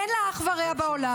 אין לה אח ורע בעולם.